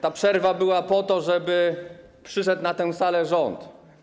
Ta przerwa była po to, żeby przyszedł na tę salę rząd.